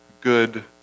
good